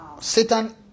Satan